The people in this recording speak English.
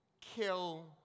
kill